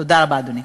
תודה רבה, אדוני.